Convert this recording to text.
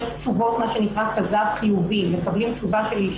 יש מה שנקרא תשובות כזב חיובי,